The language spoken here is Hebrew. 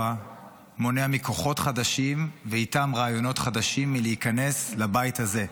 מונע מכוחות חדשים ואיתם רעיונות חדשים להיכנס לבית הזה.